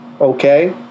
Okay